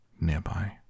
nearby